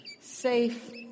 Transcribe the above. safe